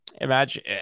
Imagine